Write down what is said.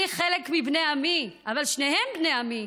אני חלק מבני עמי, אבל שניהם בני עמי.